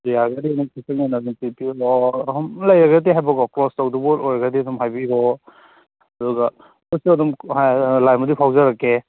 ꯌꯥꯔꯒꯗꯤ ꯑꯗꯨꯝ ꯈꯤꯇꯪ ꯉꯟꯅ ꯑꯗꯨꯝ ꯄꯤꯕꯤꯔꯛꯑꯣ ꯑꯁꯨꯝ ꯂꯩꯔꯒꯗꯤ ꯍꯥꯏꯕꯀꯣ ꯀ꯭ꯂꯣꯁ ꯇꯧꯗꯧꯕ ꯑꯣꯏꯔꯒꯗꯤ ꯑꯗꯨꯝ ꯍꯥꯏꯕꯤꯔꯣ ꯑꯗꯨꯒ ꯑꯩꯈꯣꯏꯁꯨ ꯑꯗꯨꯝ ꯂꯥꯏꯟꯕꯨꯗꯤ ꯐꯥꯎꯖꯔꯛꯀꯦ